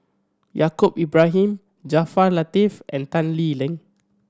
Yaacob Ibrahim Jaafar Latiff and Tan Lee Leng